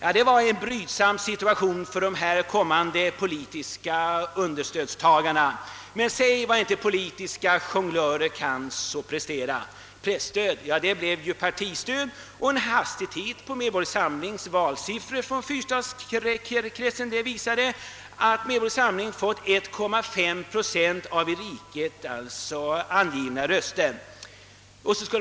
Detta var en brydsam situation för de blivande understödstagarna, men vad kan inte duktiga politiska jonglörer prestera? Presstöd blev partistöd. En hastig titt åt Mbs:s valsiffror från fyrstadskretsen visade att detta parti erhållit 1,5 procent av i riket avgivna röster.